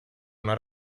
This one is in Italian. una